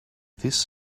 this